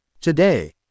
Today